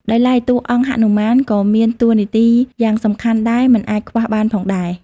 ដោយឡែកតួអង្គហនុមាន ក៏មានតួរនាទីយ៉ាងសំខាន់ដែរមិនអាចខ្វះបានផងដែរ ។